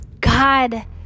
God